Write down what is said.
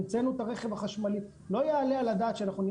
המצאנו את הרכב החשמלי לא יעלה על הדעת שאנחנו נהיה